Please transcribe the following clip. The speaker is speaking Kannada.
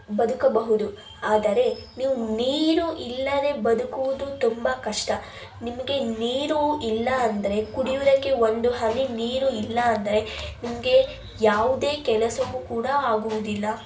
ಬದುಕಬಹುದು ಆದರೆ ನೀವು ನೀರು ಇಲ್ಲದೆ ಬದುಕುವುದು ತುಂಬ ಕಷ್ಟ ನಿಮಗೆ ನೀರು ಇಲ್ಲ ಅಂದರೆ ಕುಡಿಯುವುದಕ್ಕೆ ಒಂದು ಹನಿ ನೀರು ಇಲ್ಲ ಅಂದರೆ ನಿಮಗೆ ಯಾವುದೇ ಕೆಲಸವು ಕೂಡ ಆಗುವುದಿಲ್ಲ